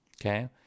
okay